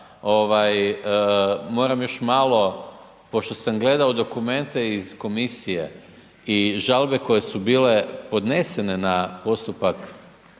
moram još malo pošto sam gledao dokumente iz komisije i žalbe koje su bile podnesene na postupak